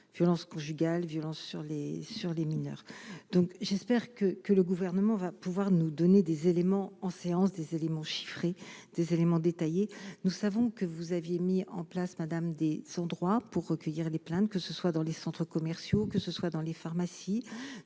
violences conjugales, violences sur les sur les mineurs, donc j'espère que que le gouvernement va pouvoir nous donner des éléments en séance des éléments chiffrés, des éléments détaillés, nous savons que vous aviez mis en place Madame dès son droit pour recueillir les plaintes que ce soit dans les centres commerciaux, que ce soit dans les pharmacies,